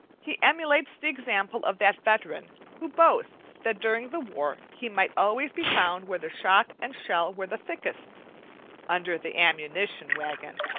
he emulates the example of that veteran who boasts that during the war he might always be found where the shot and shell were the thickest under the ammunition wagon.